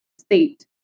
state